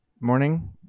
morning